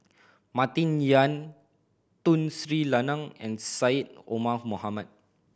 Martin Yan Tun Sri Lanang and Syed Omar Mohamed